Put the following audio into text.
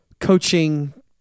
coaching